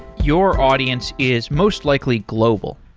your audience is most likely global.